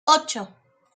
ocho